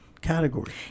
category